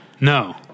no